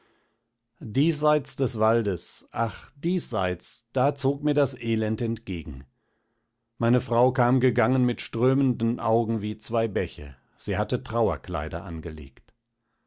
diesseits des waldes ach diesseits da zog mir das elend entgegen meine frau kam gegangen mit strömenden augen wie zwei bäche sie hatte trauerkleider angelegt